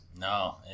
No